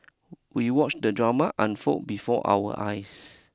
we watched the drama unfold before our eyes